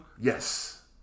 Yes